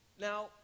Now